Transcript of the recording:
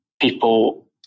people